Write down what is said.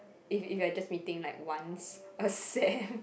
if if you're just meeting like once per sem